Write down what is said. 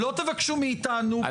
לא תבקשו מאיתנו פעמיים.